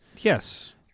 Yes